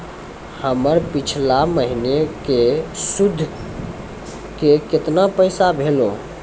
हमर पिछला महीने के सुध के केतना पैसा भेलौ?